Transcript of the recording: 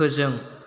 फोजों